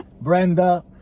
Brenda